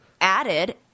added